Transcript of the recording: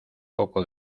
poco